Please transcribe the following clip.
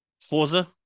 Forza